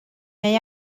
neu